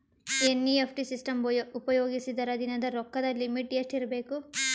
NEFT system ಉಪಯೋಗಿಸಿದರ ದಿನದ ರೊಕ್ಕದ ಲಿಮಿಟ್ ಎಷ್ಟ ಇರಬೇಕು?